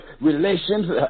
Relations